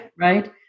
right